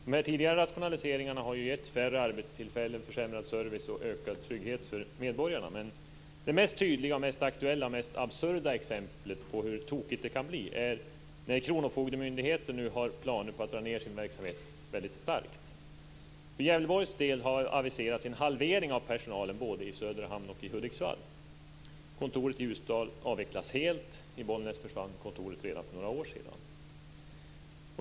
De tidigare rationaliseringarna har ju givit färre arbetstillfällen, försämrad service och minskad trygghet för medborgarna. Det mest tydliga, mest aktuella och absurda exemplet på hur tokigt det kan bli är när Kronofogdemyndigheten nu har planer på att dra ner sin verksamhet mycket starkt. För Gävleborgs del har det aviserats en halvering av personalen, både i Söderhamn och i Hudiksvall. Kontoret i Ljusdal avvecklas helt. I Bollnäs försvann kontoret redan för några år sedan.